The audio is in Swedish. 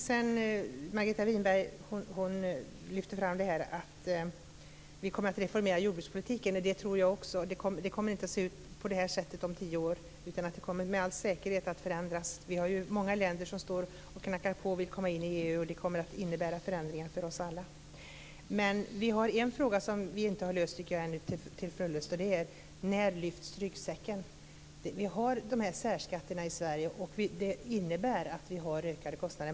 Fru talman! Margareta Winberg lyfte fram att vi kommer att reformera jordbrukspolitiken. Det tror jag också. Den kommer inte att se ut på det här sättet om tio år, utan den kommer med all säkerhet att förändras. Det är ju många länder som knackar på och vill komma in i EU, och det kommer att innebära förändringar för oss alla. Men det är en fråga som jag tycker att vi ännu inte har löst till fullo, och det är frågan: När lyfts ryggsäcken? Vi har de här särskatterna i Sverige, och det innebär att vi har ökade kostnader.